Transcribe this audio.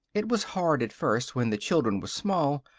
it was hard at first, when the children were small.